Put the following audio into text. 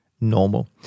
normal